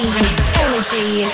energy